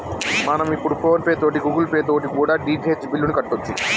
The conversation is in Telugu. మనం ఇప్పుడు ఫోన్ పే తోటి గూగుల్ పే తోటి కూడా డి.టి.హెచ్ బిల్లుని కట్టొచ్చు